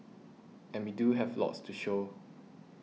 and we do have lots to show